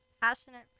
passionate